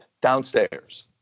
downstairs